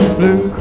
blue